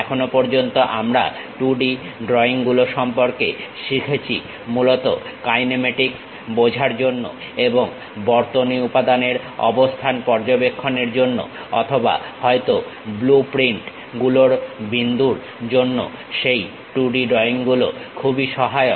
এখনো পর্যন্ত আমরা 2D ড্রয়িং গুলো সম্পর্কে শিখেছি মূলত কাইনেমেটিক্স বোঝার জন্য এবং বর্তনী উপাদানের অবস্থান পর্যবেক্ষণের জন্য অথবা হয়তো ব্লু প্রিন্ট গুলোর বিন্দুর জন্য সেই 2D ড্রয়িং গুলো সহায়ক